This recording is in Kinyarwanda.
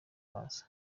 bazo